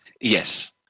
Yes